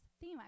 theme